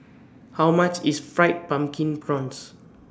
How much IS Fried Pumpkin Prawns